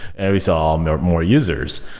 ah we saw more users.